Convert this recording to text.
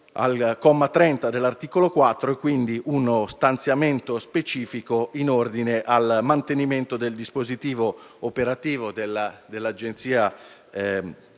al comma 30 dell'articolo 4, cioè uno stanziamento specifico in ordine al mantenimento del dispositivo operativo dell'Agenzia